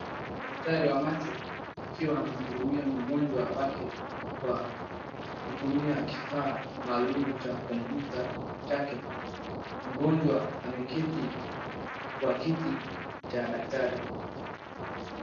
Daktari wa macho akiwa anamhudumia mgonjwa wake kwa kutumia kifaa maalum cha kompyuta chake. Mgonjwa ameketi kwa kiti cha daktari.